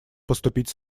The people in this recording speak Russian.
поступить